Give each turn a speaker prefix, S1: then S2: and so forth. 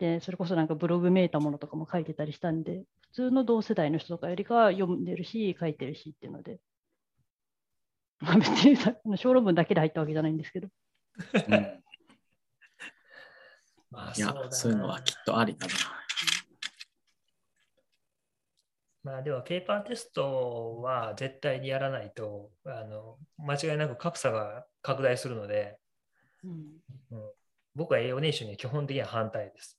S1: で、それこそなんかブログめいたものとかも書いてたりしたんで、普通の同世代の人とかよりかは読んでるし、書いてるしっていうので。 まあ、別に、あの、小論文だけで入ったわけじゃないんですけど。
S2: うん。
S3: まあ、
S2: いや、
S3: そうだな。
S2: そういうのはきっとありだな。
S1: うん。
S3: まあ、でも、ペーパーテストは絶対にやらないと、あの、間違いなく格差が拡大するので。
S1: うん。
S3: うん。僕はAO入試には基本的には反対です。